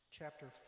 chapter